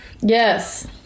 Yes